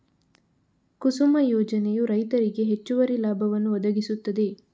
ಕುಸುಮ ಯೋಜನೆಯು ರೈತರಿಗೆ ಹೆಚ್ಚುವರಿ ಲಾಭವನ್ನು ಒದಗಿಸುತ್ತದೆ